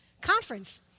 conference